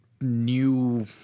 new